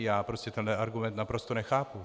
Já prostě tenhle argument naprosto nechápu.